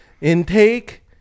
intake